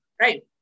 right